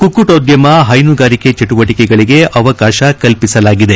ಕುಕ್ಕಟೋದ್ದಮ ಹೈನುಗಾರಿಕೆ ಚಟುವಟಕೆಗಳಗೆ ಅವಕಾಶ ಕಲ್ಪಿಸಲಾಗಿದೆ